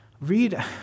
Read